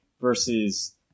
versus